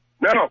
No